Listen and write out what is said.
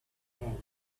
hand